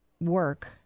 work